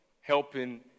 helping